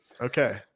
okay